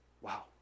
Wow